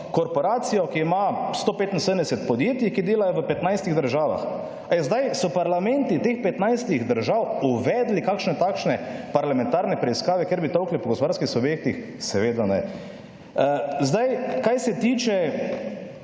korporacijo, ki ima 175 podjetij, ki delajo v 15. državah. Zdaj so parlamenti teh petnajstih držav uvedli kakšne takšne parlamentarne preiskave, kjer bi tolkli po gospodarskih subjektih? Seveda ne. Zdaj, kaj se tiče…